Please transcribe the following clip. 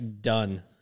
done